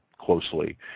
closely